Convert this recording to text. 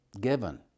given